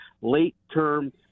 late-term